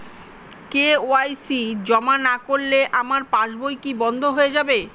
KYC জমা না করলে আমার পাসবই কি বন্ধ হয়ে যাবে?